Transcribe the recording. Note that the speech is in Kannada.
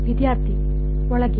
ವಿದ್ಯಾರ್ಥಿ ಒಳಗೆ